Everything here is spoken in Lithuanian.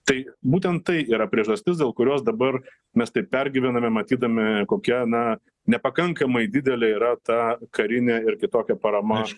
tai būtent tai yra priežastis dėl kurios dabar mes taip pergyvename matydami kokia na nepakankamai didelė yra ta karinė ir kitokia parama